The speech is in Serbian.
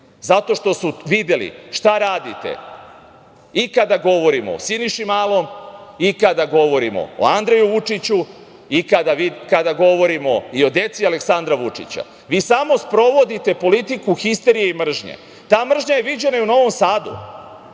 zato što su videli šta radite i kada govorimo o Siniši Malom i kada govorimo o Andreju Vučiću i kada govorimo o deci Aleksandra Vučića. Vi samo sprovodite politiku histerije i mržnje. Ta mržnja je viđena i u Novom Sadu,